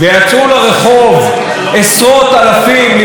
שהלהט"בים הוצאו החוצה והודרו מהחוק הזה,